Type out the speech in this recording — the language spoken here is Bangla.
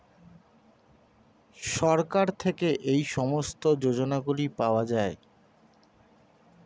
সরকার থেকে এই সমস্ত যোজনাগুলো পাওয়া যায়